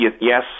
yes